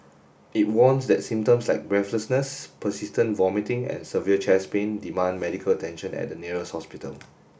it warns that symptoms like breathlessness persistent vomiting and severe chest pain demand medical attention at the nearest hospital